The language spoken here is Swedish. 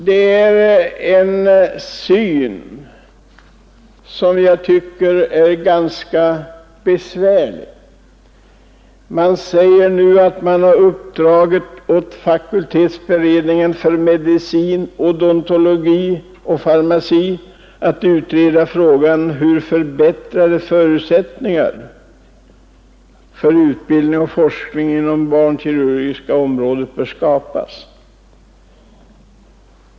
Det är en syn på saken som är ganska besvärlig. Man säger nu att det uppdragits åt fakultetsberedningen för medicin, odontologi och farmaci att utreda frågan om hur förbättrade förutsättningar för utbildning och forskning inom det barnkirurgiska området bör skapas.